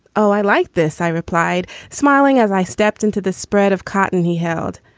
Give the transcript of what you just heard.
oh, i like this, i replied, smiling as i stepped into the spread of cotton he held.